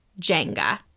Jenga